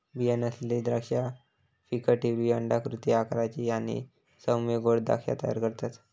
बीया नसलेली द्राक्षा फिकट हिरवी अंडाकृती आकाराची आणि सौम्य गोड द्राक्षा तयार करतत